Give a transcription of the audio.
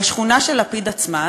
בשכונה של לפיד עצמו,